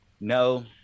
no